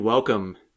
welcome